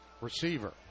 receiver